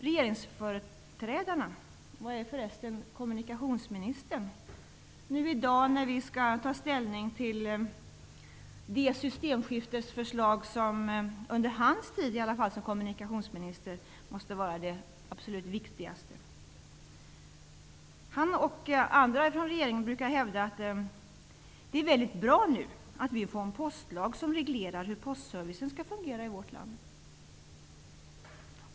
Regeringsföreträdarna -- var är förresten kommunikationsministern i dag när vi skall ta ställning till det systemskiftesförslag som måste vara det absolut viktigaste under hans tid som kommunikationsminister? -- brukar hävda att det är väldigt bra att vi nu får en postlag som reglerar hur postservicen skall fungera i vårt land.